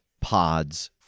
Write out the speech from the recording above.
pods